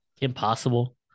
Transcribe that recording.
Impossible